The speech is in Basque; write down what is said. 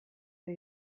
ari